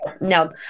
no